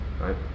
right